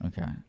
Okay